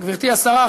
גברתי השרה,